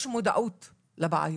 יש מודעות לבעיות.